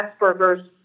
Asperger's